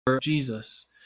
Jesus